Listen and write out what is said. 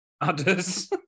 Others